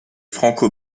franco